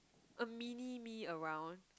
a mini me around